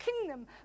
kingdom